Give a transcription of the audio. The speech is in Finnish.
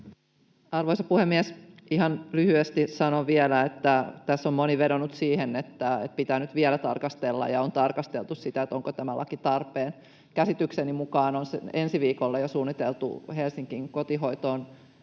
Arvoisa puhemies! Ihan lyhyesti sanon vielä, että tässä on moni vedonnut siihen, että pitää nyt vielä tarkastella, ja on tarkasteltu, sitä, onko tämä laki tarpeen. Käsitykseni mukaan on jo ensi viikolle suunniteltu Helsinkiin kotihoitoon